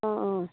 অঁ অঁ